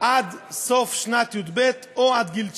עד סוף שנת י"ב או עד גיל 19,